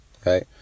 Okay